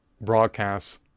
broadcasts